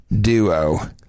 duo